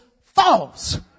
false